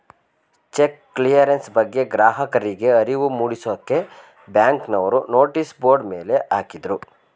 check clearance ಬಗ್ಗೆ ಗ್ರಾಹಕರಿಗೆ ಅರಿವು ಮೂಡಿಸಕ್ಕೆ ಬ್ಯಾಂಕ್ನವರು ನೋಟಿಸ್ ಬೋರ್ಡ್ ಮೇಲೆ ಹಾಕಿದ್ರು